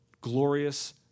glorious